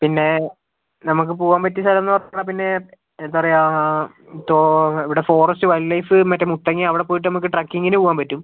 പിന്നെ നമ്മൾക്ക് പൂകുവാൻ പറ്റിയ സ്ഥലം എന്നു പറഞ്ഞാൽ പിന്നെ എന്താ പറയുക ഇവിടെ ഫോറെസ്റ്റ് വൈൽഡ് ലൈഫ് മറ്റേ മുത്തങ്ങ അവിടെ പോയിട്ട് നമ്മൾക്ക് ട്രെക്കിങ്ങിന് പോകുവാൻ പറ്റും